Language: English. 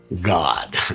God